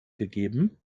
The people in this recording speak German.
gegeben